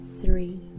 three